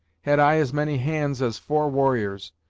had i as many hands as four warriors,